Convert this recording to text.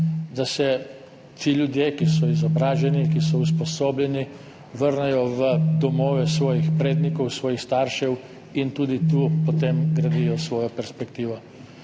da se ti ljudje, ki so izobraženi, ki so usposobljeni, vrnejo v domove svojih prednikov, svojih staršev in tudi tu potem gradijo svojo perspektivo.